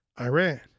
Iran